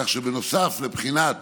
כך שבנוסף לבחינת